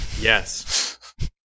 Yes